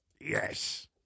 Yes